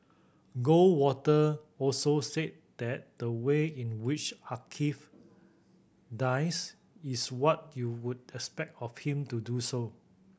Goldwater also said that the way in which Archie dies is what you would expect of him to do so